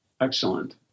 excellent